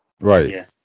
Right